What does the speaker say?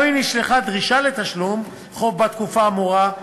גם אם נשלחה דרישה לתשלום חוב בתקופה האמורה,